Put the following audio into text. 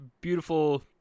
beautiful